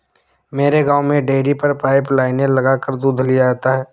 मेरे गांव में डेरी पर पाइप लाइने लगाकर दूध लिया जाता है